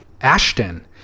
ashton